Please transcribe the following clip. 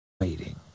Waiting